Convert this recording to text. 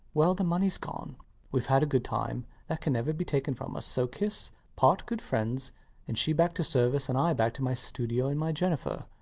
well, the money's gone weve had a good time that can never be taken from us so kiss part good friends and she back to service, and i back to my studio and my jennifer,